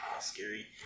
scary